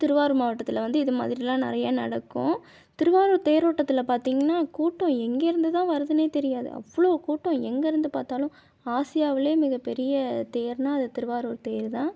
திருவாரூர் மாவட்டத்தில் வந்து இது மாதிரிலாம் நிறையா நடக்கும் திருவாரூர் தேரோட்டத்தில் பார்த்திங்கன்னா கூட்டம் எங்கே இருந்து தான் வருதுனே தெரியாது அவ்வளோ கூட்டம் எங்கே இருந்து பார்த்தாலும் ஆசியாவிலேயே மிகப்பெரிய தேருனா அது திருவாரூர் தேர் தான்